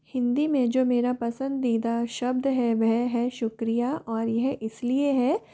हिन्दी में जो मेरा पसंदीदा शब्द है वह है शुक्रिया और यह इसलिए है